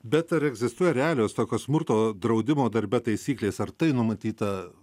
bet ar egzistuoja realios tokio smurto draudimo darbe taisyklės ar tai numatyta